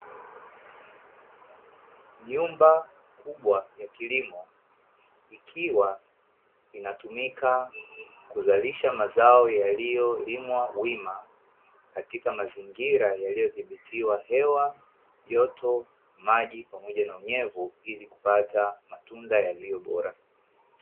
Nyumba kubwa ya kilimo, ikiwa inatumika kuzalisha mazao yaliyolimwa wima, katika mazingira yaliyodhibitiwa hewa, joto, maji, pamoja na unyevu ili kupata matunda yaliyo bora.